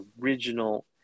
original